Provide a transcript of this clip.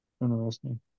Interesting